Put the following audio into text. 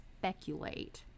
speculate